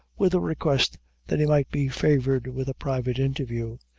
with a request that he might be favored with a private interview.